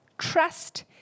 Trust